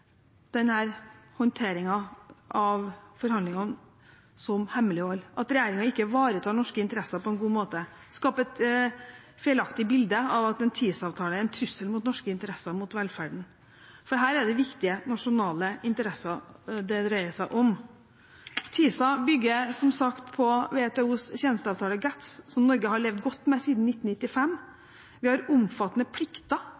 av forhandlingene som hemmelighold. At regjeringen ikke ivaretar norske interesser på en god måte, skaper et feilaktig bilde av at en TISA-avtale er en trussel mot norske interesser og mot velferden. Her er det viktige nasjonale interesser det dreier seg om. TISA bygger som sagt på WTOs tjenesteavtale – GATS – som Norge har levd godt med siden 1995. Vi har omfattende plikter